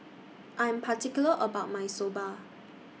I Am particular about My Soba